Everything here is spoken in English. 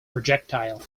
projectile